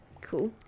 Cool